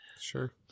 Sure